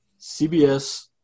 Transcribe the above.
CBS